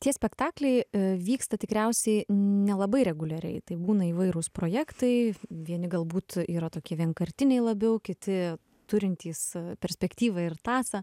tie spektakliai i vyksta tikriausiai nelabai reguliariai tai būna įvairūs projektai vieni galbūt yra tokie vienkartiniai labiau kiti turintys perspektyvą ir tąsą